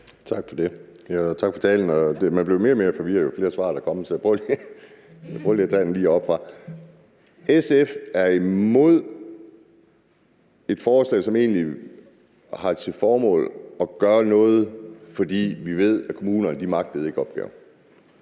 tak for talen. Man blev mere og mere forvirret, jo flere svar der kom, så jeg prøver lige at tage den oppefra og ned. SF er imod et forslag, som egentlig har til formål at gøre noget, fordi vi ved kommunerne ikke magter opgaven.